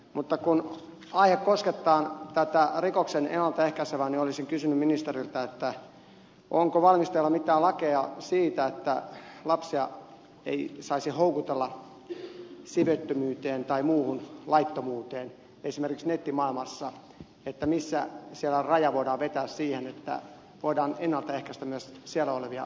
mutta kun aihe koskettaa tätä rikoksen ennaltaehkäisyä niin olisin kysynyt ministeriltä että onko valmisteilla mitään lakeja siitä että lapsia ei saisi houkutella siveettömyyteen tai muuhun laittomuuteen esimerkiksi nettimaailmassa että missä siellä raja voidaan vetää siihen että voidaan ennaltaehkäistä myös siellä olevia rikoksia